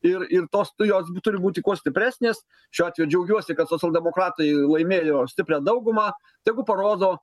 ir ir tos tu jos turi būti kuo stipresnės šiuo atveju džiaugiuosi kad socialdemokratai laimėjo stiprią daugumą tegu parodo